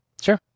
Sure